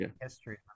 history